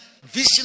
vision